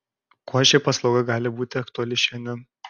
kuo ši paslauga gali būti aktuali šiandien